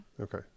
Okay